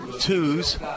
twos